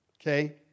Okay